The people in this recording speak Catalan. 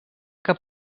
que